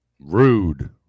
Rude